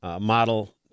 model